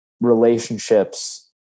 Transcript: relationships